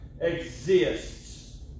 exists